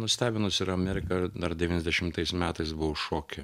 nustebinus ir amerika dar devyniasdešimtais metais buvo šoke